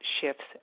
shifts